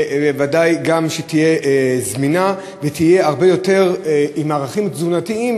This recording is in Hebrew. וודאי גם שהיא תהיה זמינה ותהיה הרבה יותר עם ערכים תזונתיים,